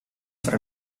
for